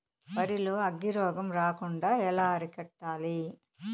వరి లో అగ్గి రోగం రాకుండా ఎలా అరికట్టాలి?